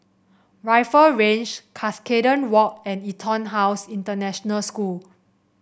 Rifle Range Cuscaden Walk and EtonHouse International School